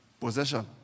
possession